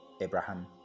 Abraham